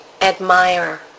admire